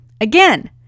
Again